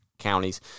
counties